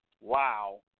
Wow